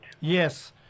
Yes